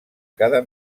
cada